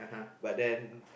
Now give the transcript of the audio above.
but then